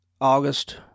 August